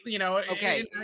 Okay